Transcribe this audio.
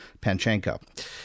panchenko